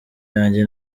yanjye